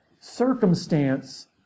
Circumstance